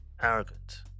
arrogant